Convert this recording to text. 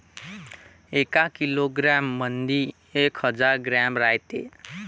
एका किलोग्रॅम मंधी एक हजार ग्रॅम रायते